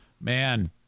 Man